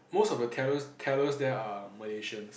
most of the tellers tellers there are Malaysians